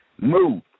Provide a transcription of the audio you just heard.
Move